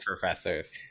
professors